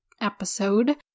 episode